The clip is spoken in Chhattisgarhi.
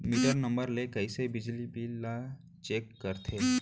मीटर नंबर ले कइसे बिजली बिल ल चेक करथे?